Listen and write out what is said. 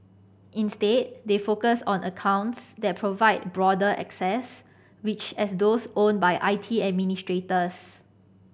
instead they focus on accounts that provide broader access which as those owned by I T administrators